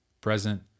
present